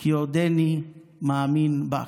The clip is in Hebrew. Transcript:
כי עודני מאמין בך".